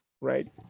right